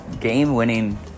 game-winning